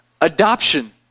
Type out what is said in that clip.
adoption